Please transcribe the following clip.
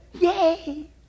Yay